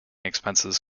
expenses